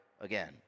again